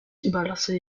überlasse